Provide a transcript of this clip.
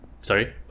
sorry